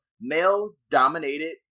male-dominated